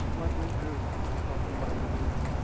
like lisa was talking about earlier,